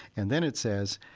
and then it says,